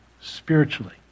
spiritually